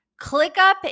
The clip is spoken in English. ClickUp